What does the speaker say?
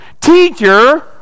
Teacher